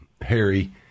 Harry